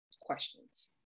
questions